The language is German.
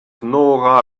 nora